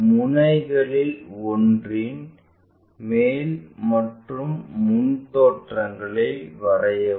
முனைகளில் ஒன்றின் மேல் மற்றும் முன் தோற்றங்களை வரையவும்